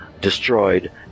destroyed